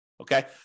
Okay